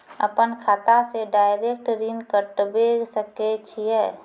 अपन खाता से डायरेक्ट ऋण कटबे सके छियै?